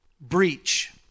breach